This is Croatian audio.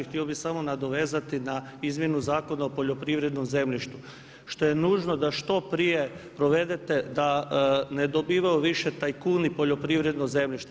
Htio bih se samo nadovezati na izmjenu Zakona o poljoprivrednom zemljištu što je nužno da što prije provedete da ne dobivaju više tajkuni poljoprivredno zemljište.